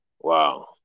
Wow